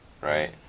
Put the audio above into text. right